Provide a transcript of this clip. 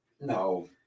No